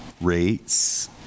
rates